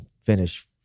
finish